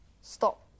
Stop